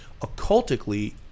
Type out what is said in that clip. occultically